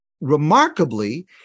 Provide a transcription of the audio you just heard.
Remarkably